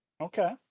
Okay